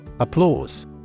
Applause